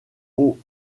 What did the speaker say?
aux